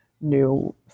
new